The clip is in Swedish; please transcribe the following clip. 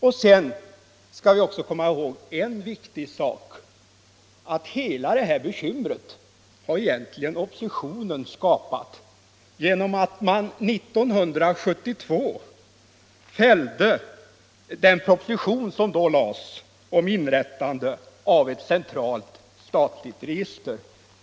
Vi skall komma ihåg en viktig sak, nämligen att alla dessa bekymmer egentligen har skapats av oppositionen, som 1972 fällde den proposition som då framlades om inrättande av ett centralt statligt register.